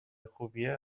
خوبیه